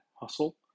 hustle